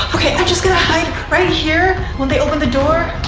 okay, i'm just gonna hide right here. when they open the door,